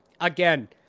Again